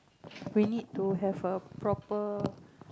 we need to have a proper